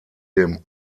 dem